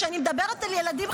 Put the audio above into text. כשאני מדברת על ילדים,